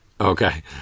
Okay